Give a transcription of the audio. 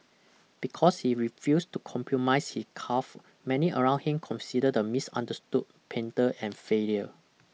because he refused to compromise his craft many around him considered the misunderstood painter and failure